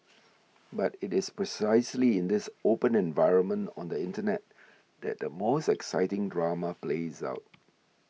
but it is precisely in this open environment on the Internet that the most exciting drama plays out